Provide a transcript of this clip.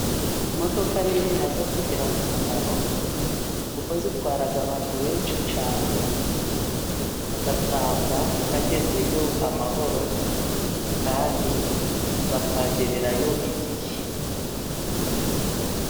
Imodoka nini nazo zigira umumaro, kuko zitwara abantu benshi cyane, ugasanga bagezeyo amahoro, kandi bakagererayo igihe.